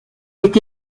est